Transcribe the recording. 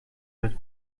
wird